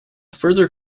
further